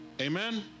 Amen